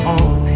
on